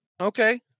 Okay